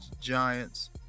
Giants